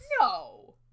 No